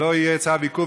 שלא יהיה צו עיכוב,